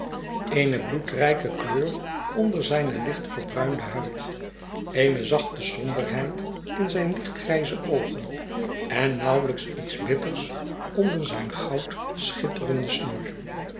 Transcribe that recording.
eene bloedrijke kleur onder zijne licht verbruinde huid eene zachte somberheid in zijne lichtgrijze oogen en nauwlijks iets bitters onder zijne goud schitterende snor